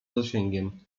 zasięgiem